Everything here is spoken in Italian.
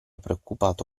preoccupato